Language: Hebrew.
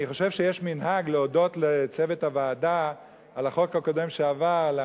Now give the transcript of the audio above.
אני חושב שיש מנהג להודות לצוות הוועדה על החוק הקודם שעבר,